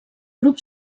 grup